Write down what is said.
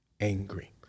angry